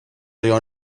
río